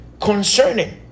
concerning